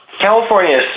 California